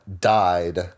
died